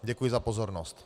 Děkuji za pozornost.